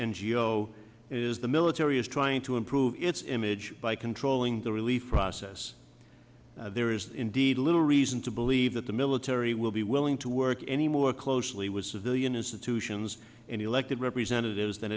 geo is the military is trying to improve its image by controlling the relief process there is indeed little reason to believe that the military will be willing to work any more closely with civilian institutions and elected representatives than